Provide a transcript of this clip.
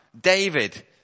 David